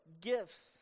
gifts